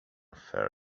fair